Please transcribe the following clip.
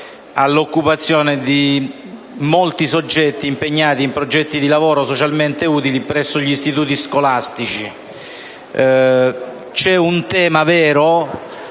all'occupazione di molti soggetti impegnati in progetti di lavoro socialmente utile presso gli istituti scolastici. C'è un tema vero